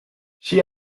she